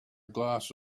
glass